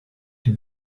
die